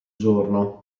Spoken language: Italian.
giorno